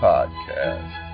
Podcast